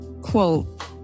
Quote